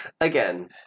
Again